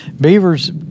beavers